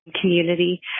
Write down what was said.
community